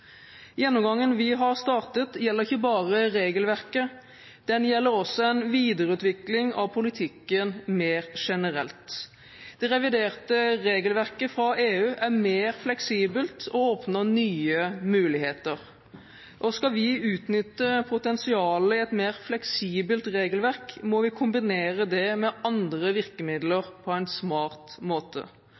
Gjennomgangen vi har startet, gjelder ikke bare regelverket, den gjelder også en videreutvikling av politikken mer generelt. Det reviderte regelverket fra EU er mer fleksibelt og åpner nye muligheter. Skal vi utnytte potensialet i et mer fleksibelt regelverk, må vi kombinere det med andre virkemidler på en smart måte.